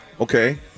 Okay